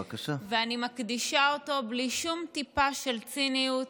ואני מקדישה אותו בלי שום טיפה של ציניות